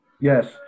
Yes